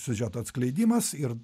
siužeto atskleidimas ir